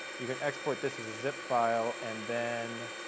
you can export this as a zip file, and then